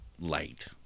light